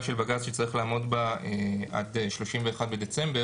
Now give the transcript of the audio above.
של בג"צ שצריך לעמוד בה עד ה-31 בדצמבר,